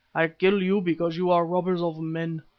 i kill you because you are robbers of men.